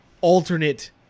alternate